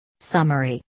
Summary